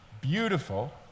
beautiful